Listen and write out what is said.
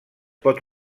pot